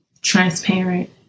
transparent